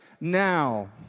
now